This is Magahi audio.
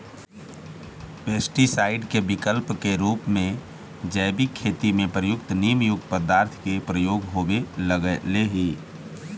पेस्टीसाइड के विकल्प के रूप में जैविक खेती में प्रयुक्त नीमयुक्त पदार्थ के प्रयोग होवे लगले हि